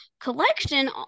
collection